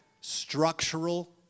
structural